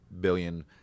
billion